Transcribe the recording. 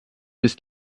ist